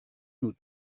nous